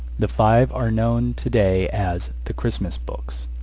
the five are known to-day as the christmas books.